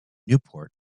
newport